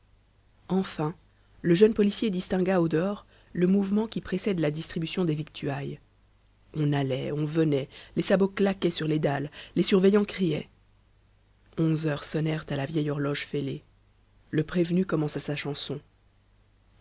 enfin le jeune policier distingua au dehors le mouvement qui précède la distribution des victuailles on allait on venait les sabots claquaient sur les dalles les surveillants criaient onze heures sonnèrent à la vieille horloge fêlée le prévenu commença sa chanson